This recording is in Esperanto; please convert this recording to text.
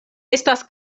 estas